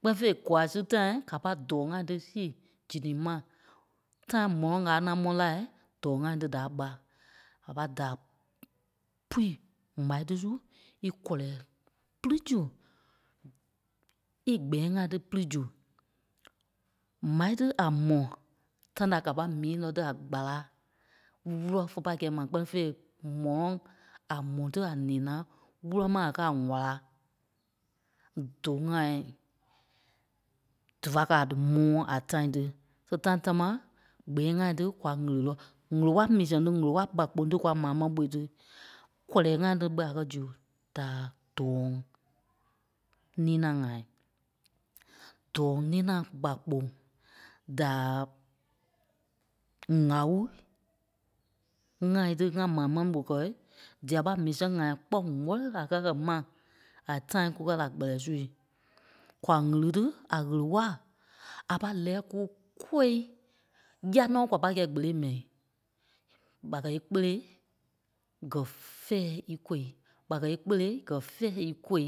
kpɛ́ni fêi gwaa sii tãi ka pai dɔ̂ɔŋ-ŋai sí gí ti mai tãi mɔ́lɔŋ a lai mɔ́ la dɔ̂ɔ-ŋai tí da ɓâi. A pa da pui mâi dísu íkɔlɛɛ pili zu é kpɛ̃ŋ-ŋai tí pili zu. Mâi tí a mɔ́ tãi da ká pâi mii nɔ́ tí a kpala wúlɔ fé pâi kɛ̂i mai kpɛ́ni fêi mɔ̀nɔŋ a mɔ́ tí a nina wúlɔ mai a ka ŋwála. Dou ŋai difa ka a dí mɔ̃ɔ a tâi tí. So tãi támaa kpɛ̃ŋ-ŋai tí kwa ɣili nɔ̀. Ɣele-wala mii sɛŋ dí ɣele-wala ɓà kpoŋ tí kwa maa mɛni ɓó tí kɔlɛɛ̂i-ŋai tí ɓé a kɛ́ zu da dɔ̂ɔ nina-ŋai. Dɔɔ nina ɓà kpoŋ da ŋ̀âwu-ŋai tí mai mɛni mó kɛ́ dia ɓa mii sɛŋ-ŋai kpɔŋ wɛlɛɛ da kɛ́ kɛ mai a tã̍i kúkɛ la kpɛlɛ sui. Kwa ɣiri tí a ɣele-waa a pâi lɛɛ kúkôi ya nɔ́ ɓé kwa pai kɛ́ kpele mɛ́i. ɓa kɛ́ íkpele gɛ̀ fɛ̃ɛ íkôi, ɓa kɛ́ íkpele gɛ̀ fɛ̃ɛ ikôi